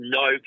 no